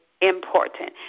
important